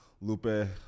Lupe